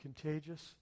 contagious